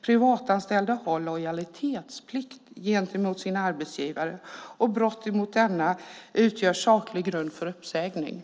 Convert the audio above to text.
Privatanställda har lojalitetsplikt gentemot sina arbetsgivare, och brott mot denna utgör saklig grund för uppsägning.